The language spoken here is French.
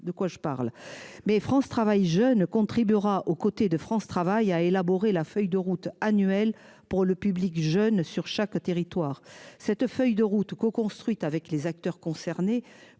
de quoi je parle. Mais France travail je ne contribuera aux côtés de France travaille à élaborer la feuille de route annuelle pour le public jeune sur chaque territoire cette feuille de route ou co-, construite avec les acteurs concernés